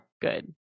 Good